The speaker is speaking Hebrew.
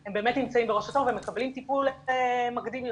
הם באמת נמצאים בראש התור ומקבלים טיפול מקדים יותר.